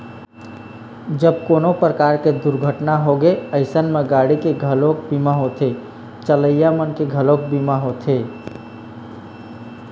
जब कोनो परकार के दुरघटना होगे अइसन म गाड़ी के घलोक बीमा होथे, चलइया मनखे के घलोक बीमा होथे